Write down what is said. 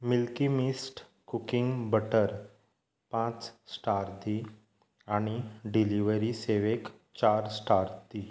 milky mist cooking butter पांच star दी आनी डिलिवरी सेवेक चार स्टार दी